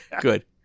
Good